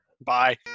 Bye